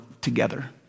together